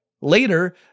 Later